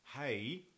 hey